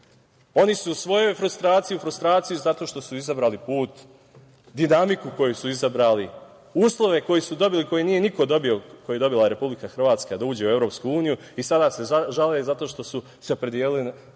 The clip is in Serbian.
Oni su u svojoj frustraciji zato što su izabrali put, dinamiku koju su izabrali, uslove koje su dobili a koje nije niko dobio koje je dobila Republika Hrvatska da uđe u EU i sada se žale zato što su se opredelili za